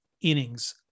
Innings